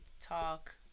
talk